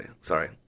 Sorry